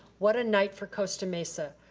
what a night for costa-mesa.